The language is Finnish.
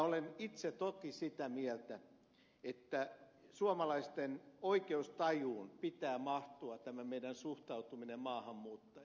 olen itse toki sitä mieltä että suomalaisten oikeustajuun pitää mahtua tämä meidän suhtautumisemme maahanmuuttajiin